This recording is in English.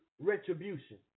retribution